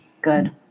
Good